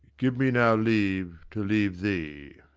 give me now leave to leave thee.